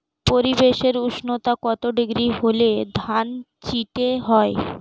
পরিবেশের উষ্ণতা কত ডিগ্রি হলে ধান চিটে হয়?